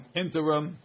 interim